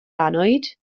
annwyd